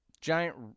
Giant